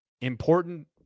important